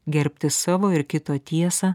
gerbti savo ir kito tiesą